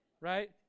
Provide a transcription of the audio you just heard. Right